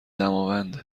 دماوند